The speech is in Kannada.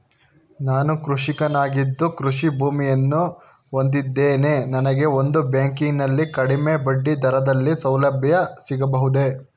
ನಾನು ಕೃಷಿಕನಾಗಿದ್ದು ಕೃಷಿ ಭೂಮಿಯನ್ನು ಹೊಂದಿದ್ದೇನೆ ನನಗೆ ನಿಮ್ಮ ಬ್ಯಾಂಕಿನಲ್ಲಿ ಕಡಿಮೆ ಬಡ್ಡಿ ದರದಲ್ಲಿ ಸಾಲಸೌಲಭ್ಯ ಸಿಗಬಹುದೇ?